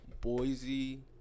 Boise